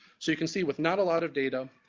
so you can see with not a lot of data,